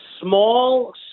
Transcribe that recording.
small